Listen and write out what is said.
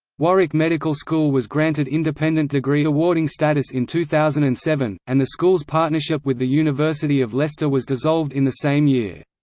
warwick medical school was granted independent degree-awarding status in two thousand and seven, and the school's partnership with the university of leicester was dissolved in the same year.